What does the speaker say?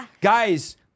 Guys